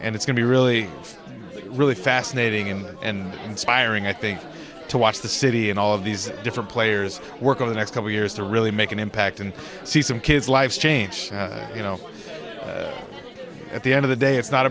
and it's going to be really really fascinating him and inspiring i think to watch the city and all of these different players work on the next couple years to really make an impact and see some kids lives change you know at the end of the day it's not